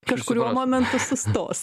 kažkuriuo momentu sustos